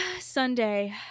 Sunday